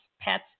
pets